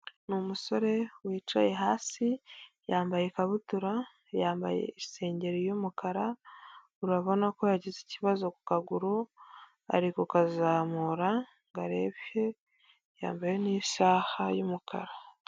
Ni umusore wicaye hasi yambaye ikabutura, yambaye isengeri y'umukara urabona ko yagize ikibazo ku kaguru, ari kukazamura ngo arebe yambaye n'isaha y'umukara.